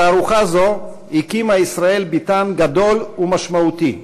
בתערוכה זו הקימה ישראל ביתן גדול ומשמעותי,